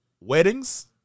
weddings